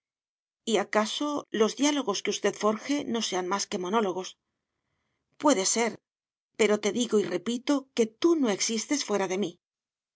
acaso los diálogos que usted forje no sean más que monólogos puede ser pero te digo y repito que tú no existes fuera de mí